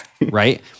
Right